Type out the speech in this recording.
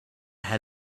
had